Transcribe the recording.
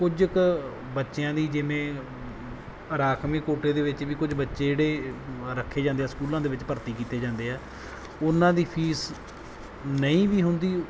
ਕੁਝ ਕੁ ਬੱਚਿਆਂ ਦੀ ਜਿਵੇਂ ਰਾਖਵੇਂ ਕੋਟੇ ਦੇ ਵਿੱਚ ਵੀ ਕੁਝ ਬੱਚੇ ਜਿਹੜੇ ਰੱਖੇ ਜਾਂਦੇ ਆ ਸਕੂਲਾਂ ਦੇ ਵਿੱਚ ਭਰਤੀ ਕੀਤੇ ਜਾਂਦੇ ਆ ਉਹਨਾਂ ਦੀ ਫੀਸ ਨਹੀਂ ਵੀ ਹੁੰਦੀ